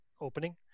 opening